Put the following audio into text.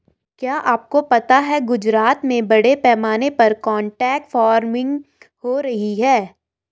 क्या आपको पता है गुजरात में बड़े पैमाने पर कॉन्ट्रैक्ट फार्मिंग हो रही है?